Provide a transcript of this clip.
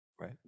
Right